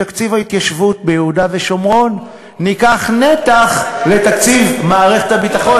מתקציב ההתיישבות ביהודה ושומרון ניקח נתח לתקציב מערכת הביטחון,